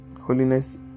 holiness